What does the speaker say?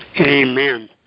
Amen